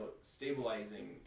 stabilizing